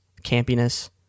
campiness